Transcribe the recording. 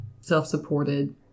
self-supported